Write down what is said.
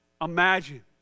imagine